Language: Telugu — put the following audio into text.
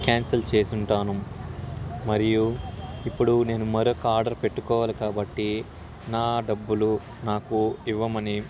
క్యాన్సిల్ చేసుంటాను మరియు ఇప్పుడు నేను మరొక ఆర్డర్ పెట్టుకోవాలి కాబట్టి నా డబ్బులు నాకు ఇవ్వమని